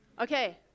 Okay